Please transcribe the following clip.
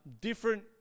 different